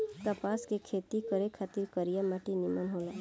कपास के खेती खातिर करिया माटी निमन होला